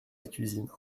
cuisine